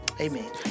Amen